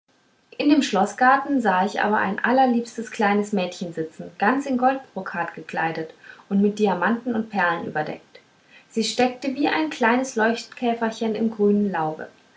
in dem schloßgarten sah ich aber ein allerliebstes kleines mädchen sitzen ganz in goldbrokat gekleidet und mit diamanten und perlen überdeckt sie steckte wie ein kleines leuchtkäferchen im grünen laube